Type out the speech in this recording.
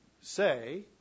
say